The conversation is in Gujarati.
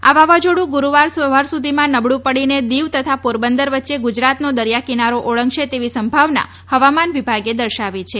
આ વાવાઝોડું ગુરૂવાર સવાર સુધીમાં નબળું પડીને દીવ તથા પોરબંદર વચ્ચે ગુજરાતનો દરીયા કિનારો ઓળંગશે તેવી સંભાવના હવામાન વિભાગે દર્શાવી છે